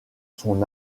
son